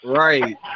right